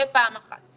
זה פעם אחת.